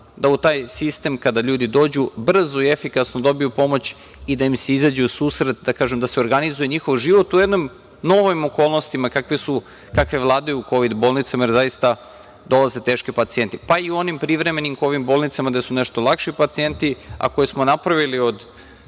da u taj sistem kada ljudi dođu brzo i efikasno dobiju pomoć i da im se izađe u susret, da se organizuje njihov život u jednim novim okolnostima kakve vladaju u Kovid bolnicama, jer zaista dolaze teški pacijenti, pa i u onim privremenim Kovid bolnicama gde su nešto lakši pacijenti, a koje smo napravili od